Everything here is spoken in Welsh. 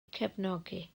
cefnogi